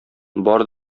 бар